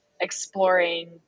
exploring